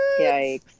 Yikes